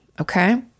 Okay